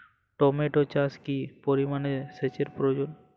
Tomato চাষে কি পরিমান সেচের প্রয়োজন?